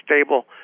stable